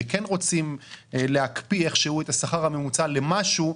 וכן רוצים להקפיא איכשהו את השכר הממוצע למשהו,